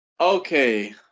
Okay